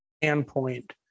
standpoint